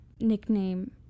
nickname